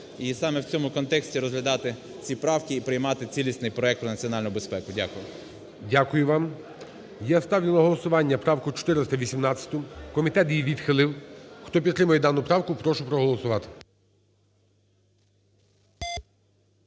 І саме в цьому контексті розглядати ці правки і приймати цілісний проект про національну безпеку. Дякую. ГОЛОВУЮЧИЙ. Дякую вам. Я ставлю на голосування правку 418. Комітет її відхилив. Хто підтримує дану правку, прошу проголосувати.